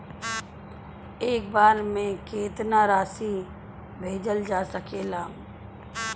एक बार में केतना राशि भेजल जा सकेला?